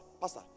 Pastor